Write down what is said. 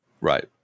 Right